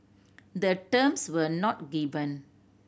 the terms were not given